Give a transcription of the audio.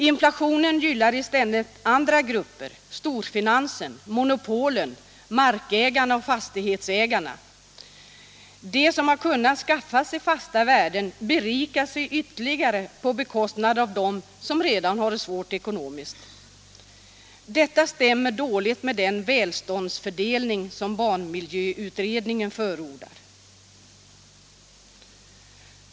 Inflationen gynnar i stället andra grupper: storfinansen, monopolen, markägarna och fastighetsägarna. De som har kunnat skaffa sig fasta värden berikar sig ytterligare på bekostnad av dem som redan har det svårt ekonomiskt. Detta stämmer dåligt med den välståndsfördelning som barnmiljöutredningen förordar.